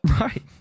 Right